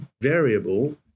variable